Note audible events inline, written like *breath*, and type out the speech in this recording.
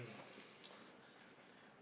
*breath*